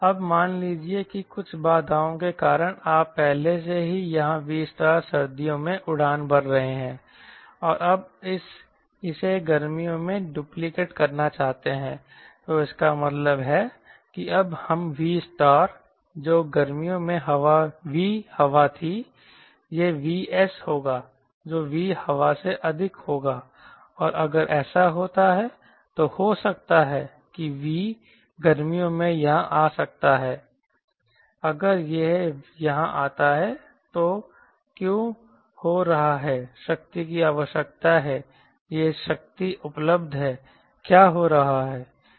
अब मान लीजिए कि कुछ बाधाओं के कारण आप पहले से ही यहाँ V सर्दियों में उड़ान भर रहे हैं और अब हम इसे गर्मियों में डुप्लिकेट करना चाहते हैं तो इसका मतलब है कि अब यह V जो गर्मियों में V हवा थी यह VS होगा जो V हवा से अधिक होगा और अगर ऐसा होता है तो हो सकता है कि V गर्मियों में यहां आ सकता है अगर यह यहां आता है तो क्या हो रहा है शक्ति की आवश्यकता है यह शक्ति उपलब्ध है क्या हो रहा है